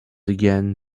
again